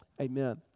Amen